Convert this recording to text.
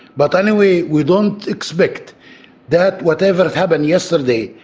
but anyway, we don't expect that whatever happened yesterday,